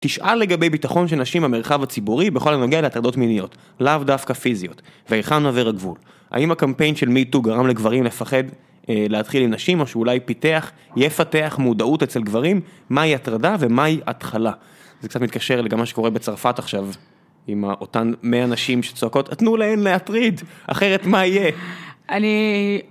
תשאל לגבי ביטחון של נשים במרחב הציבורי בכל הנוגע להטרדות מיניות, לאו דווקא פיזיות, והיכן עובר הגבול. האם הקמפיין של metoo גרם לגברים לפחד להתחיל עם נשים או שאולי פיתח, יפתח, מודעות אצל גברים, מהי הטרדה ומהי התחלה? זה קצת מתקשר לי למה שקורה בצרפת עכשיו, עם אותן מאה נשים שצועקות, תנו להם להטריד, אחרת מה יהיה? אני...